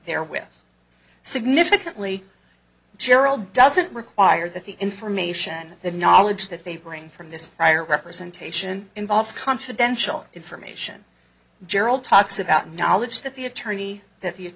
there with significantly gerald doesn't require that the information the knowledge that they bring from this prior representation involves confidential information gerald talks about knowledge that the attorney that the